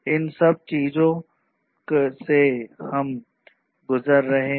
इन सब चीजों से हम गुजरे हैं